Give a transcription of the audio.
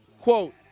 Quote